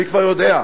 אני כבר יודע,